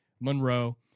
Monroe